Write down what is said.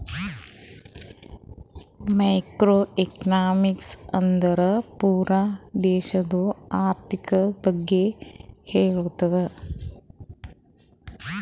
macro economics ಅಂದುರ್ ಪೂರಾ ದೇಶದು ಆರ್ಥಿಕ್ ಬಗ್ಗೆ ಹೇಳ್ತುದ